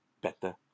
better